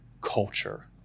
culture